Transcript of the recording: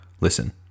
listen